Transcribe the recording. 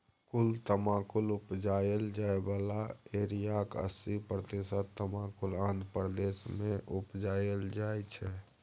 कुल तमाकुल उपजाएल जाइ बला एरियाक अस्सी प्रतिशत तमाकुल आंध्र प्रदेश मे उपजाएल जाइ छै